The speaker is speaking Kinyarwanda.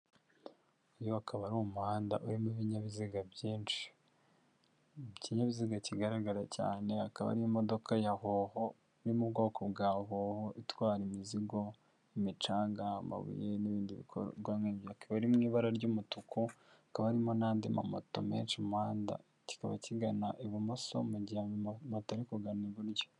Uyu akaba ari umuhanda urimo ibinyabiziga byinshi. Ikinyabiziga kigaragara cyane akaba ari imodoka ya hoho, yo mu bwoko bwa hoho, itwara imizigo imicanga, amabuye, n'ibindi bikorwa nk'ibyo. Ikaba iri mu ibara ry'umutuku, akaba harimo n'andi ma moto menshi mu muhanda, kikaba kigana ibumoso mu gihe amoto ari kugana i buryo.